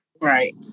Right